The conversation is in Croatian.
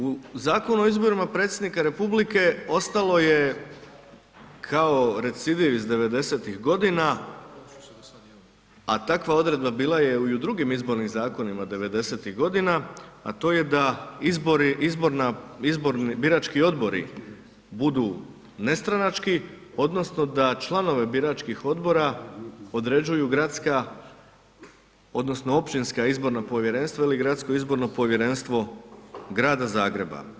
U Zakonu o izborima predsjednika republike ostalo je kao recivir iz '90.-tih godina, a takva odredba bila je i u drugim izbornim zakonima '90.-tih godina, a to je da izbori, izborna, izborni birački odbori budu nestranački odnosno da članove biračkih odbora određuju gradska odnosno općinska izborna povjerenstva ili Gradsko izborno povjerenstvo Grada Zagreba.